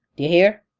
d'yer hear?